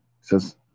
says